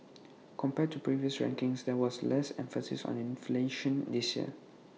compared to previous rankings there was less emphasis on inflation this year